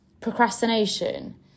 procrastination